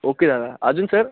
okay दादा अजून sir